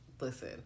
listen